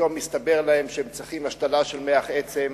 ופתאום מסתבר להם שהם צריכים השתלה של מוח עצם.